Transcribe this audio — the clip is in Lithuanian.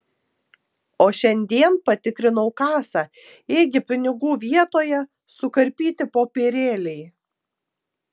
o šiandien patikrinau kasą ėgi pinigų vietoje sukarpyti popierėliai